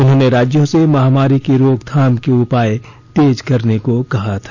उन्होंने राज्यों से महामारी की रोकथाम के उपाय तेज करने को कहा था